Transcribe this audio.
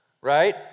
right